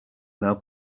now